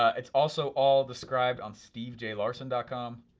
it's also all described on stevejlarsen ah com.